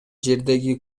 жердеги